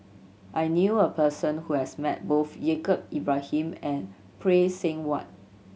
I knew a person who has met both Yaacob Ibrahim and Phay Seng Whatt